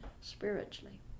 spiritually